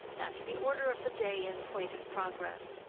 that's the order of the day in point of progress.